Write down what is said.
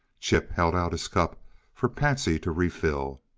chip held out his cup for patsy to refill.